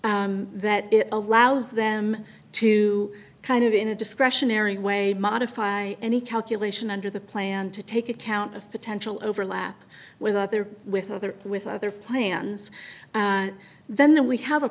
that allows them to kind of in a discretionary way modify any calculation under the plan to take account of potential overlap with other with other with other plans and then we have a